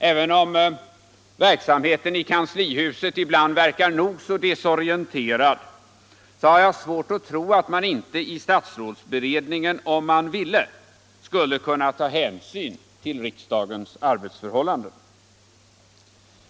Även om verksamheten i kanslihuset ibland verkar nog så desorganiserad, har jag svårt att tro att man inte i statsrådsberedningen - om man ville — skulle kunna ta hänsyn till riksdagens arbetsförhållanden.